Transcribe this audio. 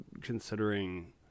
considering